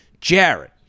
Jared